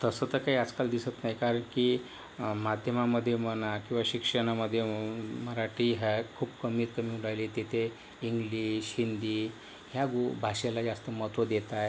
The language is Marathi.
तसं तर काही आजकाल दिसत नाही कारण की माध्यमांमध्ये म्हणा किंवा शिक्षणामध्ये म् मराठी ह्या खूप कमीत कमी राहिली तिथे इंग्लिश हिंदी ह्या भू भाषेला जास्त महत्त्व देत आहे